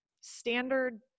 standard